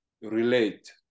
relate